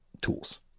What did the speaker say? tools